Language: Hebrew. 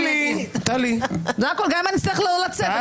חברת הכנסת טלי גוטליב, את בקריאה שנייה עכשיו.